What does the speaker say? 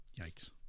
Yikes